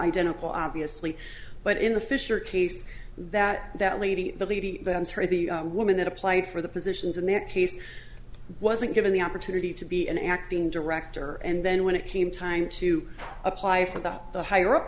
identical obviously but in the fisher case that that levy levy the woman that applied for the positions in that case wasn't given the opportunity to be an acting director and then when it came time to apply for the higher up